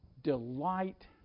Delight